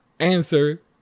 answer